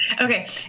Okay